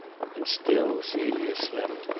and still celia slept.